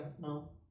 no